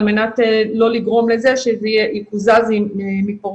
מנת לא לגרום לזה שזה יקוזז עם פורשים.